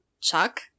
Chuck